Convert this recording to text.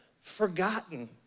forgotten